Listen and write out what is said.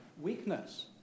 weakness